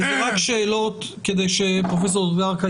אני